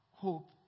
Hope